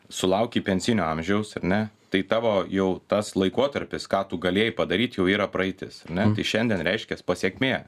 sulaukei pensinio amžiaus ar ne tai tavo jau tas laikotarpis ką tu galėjai padaryt jau yra praeitis ar ne tai šiandien reiškias pasekmė